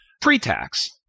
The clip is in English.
pre-tax